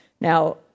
Now